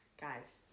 Guys